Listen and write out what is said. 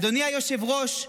אדוני היושב-ראש,